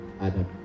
Adam